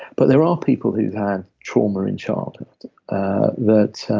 but there are people who have trauma in childhood that